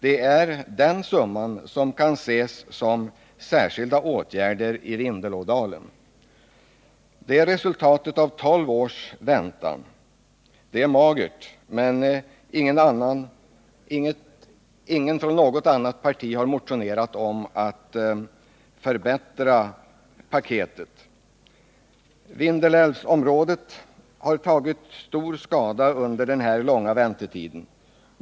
Det är den summan som kan ses som särskilda åtgärder i Vindelådalen. Det är resultatet av tolv års väntan. Det är magert, men ingen från något annat parti än centern har motionerat om att förbättra det s.k. paketet. Vindelälvsområdet har tagit stor skada under den långa väntetiden.